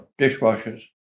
dishwashers